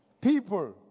people